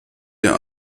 der